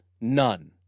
None